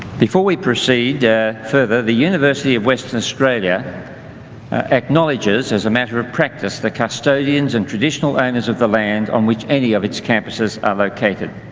before we proceed further, the university of western australia acknowledges as a matter of practice the custodians and traditional owners of the land on which any of its campuses are located.